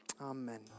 Amen